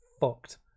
fucked